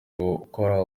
gukora